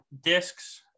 discs